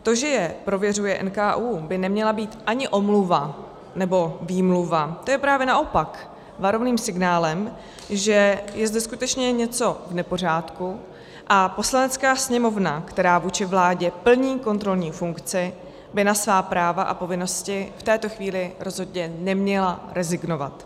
To, že je prověřuje NKÚ, by neměla být ani omluva nebo výmluva, to je právě naopak varovným signálem, že je zde skutečně něco v nepořádku, a Poslanecká sněmovna, která vůči vládě plní kontrolní funkci, by na svá práva a povinnosti v této chvíli rozhodně neměla rezignovat.